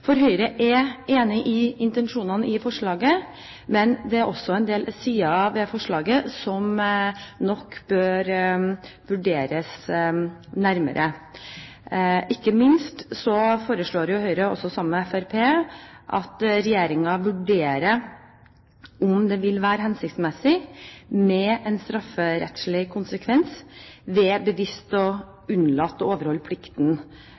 ivaretas. Høyre er enig i intensjonene i forslaget, men det er også en del sider ved forslaget som nok bør vurderes nærmere – ikke minst ber Høyre, sammen med Fremskrittspartiet, regjeringen vurdere om det vil være hensiktsmessig med en strafferettslig konsekvens ved bevisst å unnlate å overholde plikten